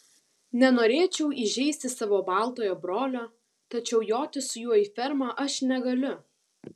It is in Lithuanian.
nenorėčiau įžeisti savo baltojo brolio tačiau joti su juo į fermą aš negaliu